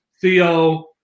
Theo